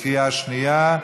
בקריאה שנייה.